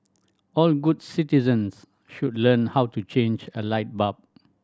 all good citizens should learn how to change a light bulb